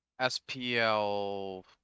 SPL